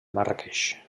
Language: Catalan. marràqueix